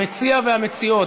המציע והמציעות,